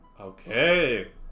Okay